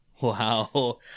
Wow